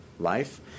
life